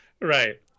Right